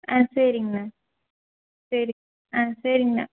ஆ சரிங்கண்ணா சரி ஆ சரிங்கண்ணா